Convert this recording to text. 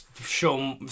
show